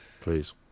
please